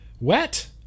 Wet